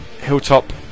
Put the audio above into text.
Hilltop